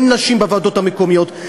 אין נשים בוועדות המקומיות,